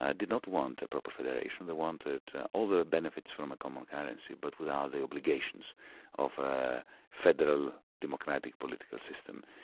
ah did not want a proper federation they wanted all the benefits from a common currency, but without the obligations of a federal democratic political system.